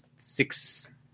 six